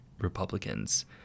Republicans